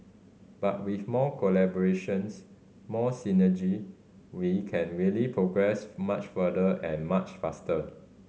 but with more collaborations more synergy we can really progress much further and much faster